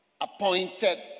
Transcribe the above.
Appointed